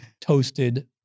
toasted